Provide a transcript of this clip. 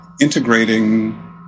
integrating